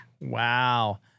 Wow